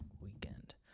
weekend